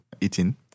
eating